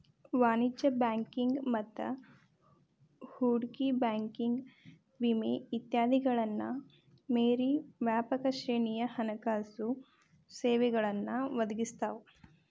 ವಾಣಿಜ್ಯ ಬ್ಯಾಂಕಿಂಗ್ ಮತ್ತ ಹೂಡಿಕೆ ಬ್ಯಾಂಕಿಂಗ್ ವಿಮೆ ಇತ್ಯಾದಿಗಳನ್ನ ಮೇರಿ ವ್ಯಾಪಕ ಶ್ರೇಣಿಯ ಹಣಕಾಸು ಸೇವೆಗಳನ್ನ ಒದಗಿಸ್ತಾವ